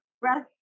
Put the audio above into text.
breath